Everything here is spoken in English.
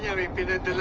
yeah repeated.